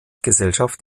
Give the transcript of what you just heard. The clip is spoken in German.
gesellschaft